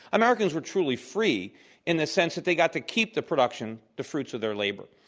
americans were truly free in the sense that they got to keep the production, the fruits of their labor.